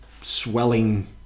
swelling